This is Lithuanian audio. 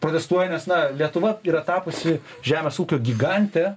protestuoja nes na lietuva yra tapusi žemės ūkio gigante